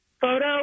photo